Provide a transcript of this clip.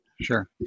Sure